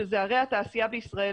שאלה ערי התעשייה בישראל.